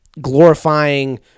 glorifying